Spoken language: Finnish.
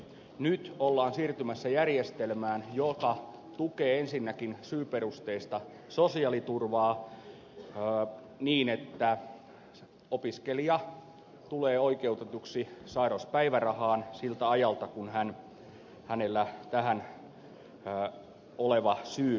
nyt ollaan siirtymässä järjestelmään joka tukee ensinnäkin syyperusteista sosiaaliturvaa niin että opiskelija tulee oikeutetuksi sairauspäivärahaan siltä ajalta kun hänellä on tähän syy